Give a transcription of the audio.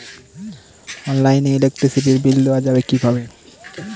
অনলাইনে ইলেকট্রিসিটির বিল দেওয়া যাবে কিভাবে?